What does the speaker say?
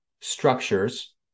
structures